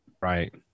Right